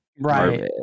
Right